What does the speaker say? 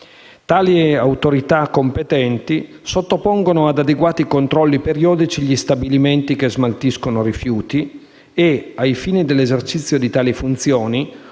Tali autorità competenti sottopongono ad adeguati controlli periodici gli stabilimenti che smaltiscono rifiuti e, ai fini dell'esercizio di tali funzioni,